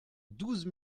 douze